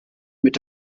mit